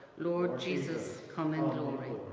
lord jesus come in glory.